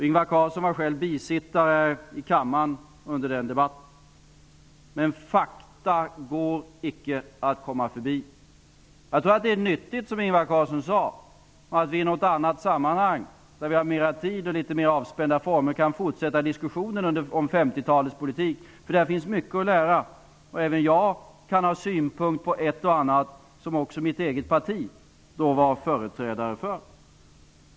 Ingvar Carlsson var själv bisittare i kammaren under den debatten. Men fakta går icke att komma förbi. Jag tror att det vore nyttigt, som Ingvar Carlsson sade, om vi i något annat sammanhang med mera tid och under mer avspända former kunde fortsätta diskussionen om 50-talets politik. Där finns mycket att lära. Även jag kan ha synpunkter på ett och annat som också mitt eget parti då var förespråkare för.